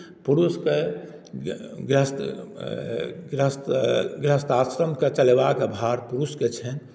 पुरुषकेँ गृहस्थ गृहस्थ गृहस्थाश्रमकेँ चलेबाके भार पुरुषकेँ छनि